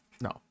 no